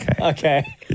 Okay